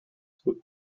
would